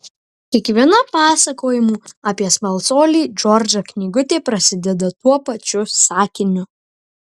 kiekviena pasakojimų apie smalsuolį džordžą knygutė prasideda tuo pačiu sakiniu